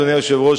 אדוני היושב-ראש,